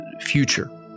future